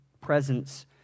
presence